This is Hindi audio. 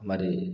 हमारे